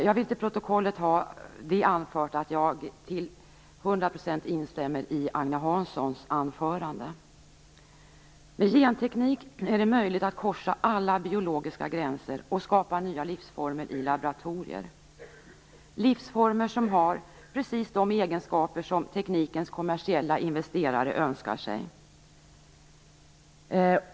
Jag vill till protokollet få det fört att jag till hundra procent instämmer i Agne Hanssons anförande. Med genteknik är det möjligt att korsa alla biologiska gränser och skapa nya livsformer i laboratorier, livsformer som har precis de egenskaper som teknikens kommersiella investerare önskar sig.